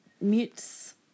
mutes